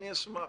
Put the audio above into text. אני אשמח.